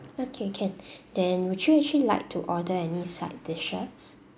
okay can then would you actually like to order any side dishes